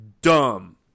dumb